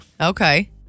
okay